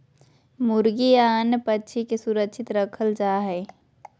मुर्गी या अन्य पक्षि के सुरक्षित रखल जा हइ